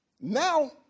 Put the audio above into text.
Now